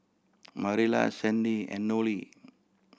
Marilla Sandie and Nolie